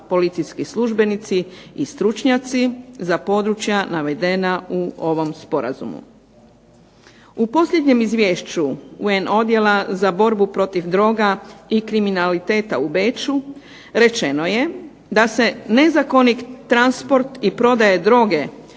policijski službenici i stručnjaci za područja navedena u ovom sporazumu. U posljednjem izvješću UN Odjela za borbu protiv droga i kriminaliteta u Beču rečeno je da se nezakonit transport i prodaja droge